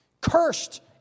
Cursed